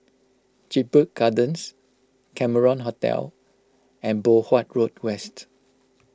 Jedburgh Gardens Cameron Hotel and Poh Huat Road West